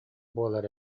буолар